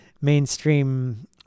mainstream